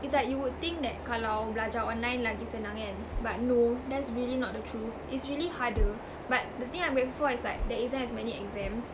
it's like you would think that kalau belajar online lagi senang kan but no that's really not the truth it's really harder but the thing I'm grateful is like there isn't as many exams